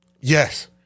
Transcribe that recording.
Yes